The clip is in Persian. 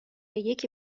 یکی